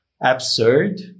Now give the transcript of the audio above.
absurd